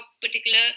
particular